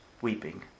weeping